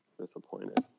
Disappointed